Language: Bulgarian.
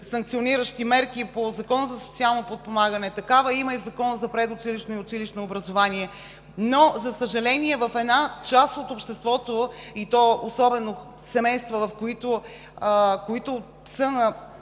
санкциониращи мерки по Закона за социално подпомагане. Такива има и в Закона за предучилищното и училищното образование. Но, за съжаление, в една част от обществото, и то особено семейства, които са